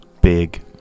Big